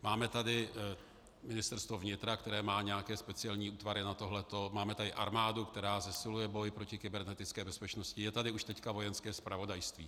Máme tady Ministerstvo vnitra, které má nějaké speciální útvary na tohle, máme tady armádu, která zesiluje boj proti kybernetické bezpečnosti, je tady už teď Vojenské zpravodajství.